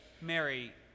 Mary